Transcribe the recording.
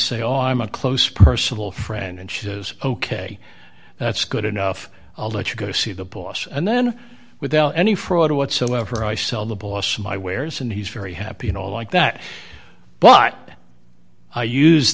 say oh i'm a close personal friend and she is ok that's good enough i'll let you go see the boss and then without any fraud whatsoever i sell the boss my wares and he's very happy and all like that but i use